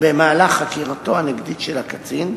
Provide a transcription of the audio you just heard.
במהלך חקירתו הנגדית של הקצין,